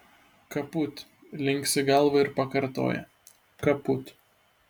kaput linksi galvą ir pakartoja kaput